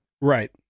right